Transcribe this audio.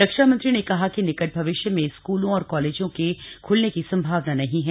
रक्षा मंत्री ने कहा कि निक् भविष्य में स्कूलों और कॉलेजों के ख्लने की संभावना नहीं है